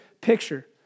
picture